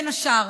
בין השאר,